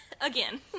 again